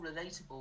relatable